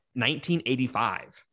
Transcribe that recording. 1985